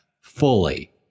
fully